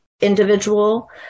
individual